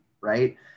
right